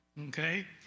Okay